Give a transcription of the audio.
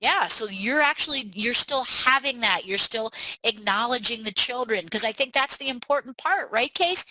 yeah so you're actually you're still having that you're still acknowledging the children because i think that's the important part right casey?